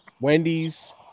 Wendy's